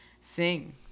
sing